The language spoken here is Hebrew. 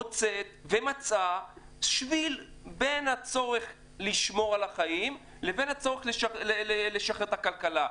מוצאת ומצאה שביל בין הצורך לשמור על החיים לבין הצורך לשחרר את הכלכלה.